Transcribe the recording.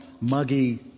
muggy